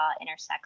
intersects